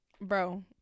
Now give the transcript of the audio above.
bro